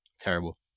Terrible